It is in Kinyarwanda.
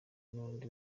n’undi